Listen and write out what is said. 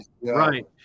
right